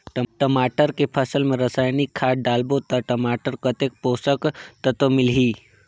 टमाटर के फसल मा रसायनिक खाद डालबो ता टमाटर कतेक पोषक तत्व मिलही?